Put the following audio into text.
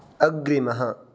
अग्रिमः